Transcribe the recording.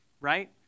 right